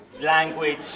language